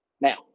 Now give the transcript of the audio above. Now